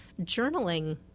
Journaling